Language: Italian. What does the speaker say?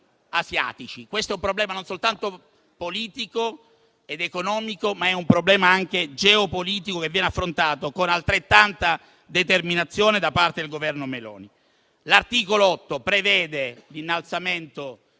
asiatici. Questo è un problema non soltanto politico ed economico, ma è anche geopolitico che viene affrontato con altrettanta determinazione da parte del Governo Meloni. L'articolo 8 prevede l'innalzamento